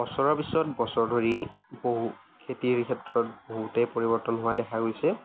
বছৰৰ পিছত বছৰ ধৰি বহু খেতিৰ ক্ষেত্ৰত বহুতেই পৰিৱৰ্তন হোৱা দেখা গৈছে